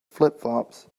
flipflops